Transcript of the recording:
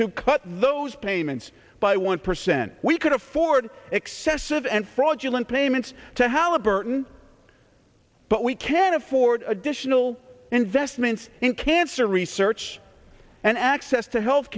to cut those payments by one percent we could afford excessive and fraudulent payments to halliburton but we can't afford additional investments in cancer research and access to health